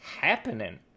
happening